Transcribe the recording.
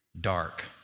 dark